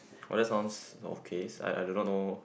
well that sounds okay I I do not know